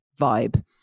vibe